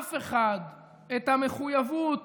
לאף אחד את המחויבות